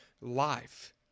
life